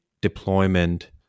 deployment